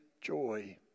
joy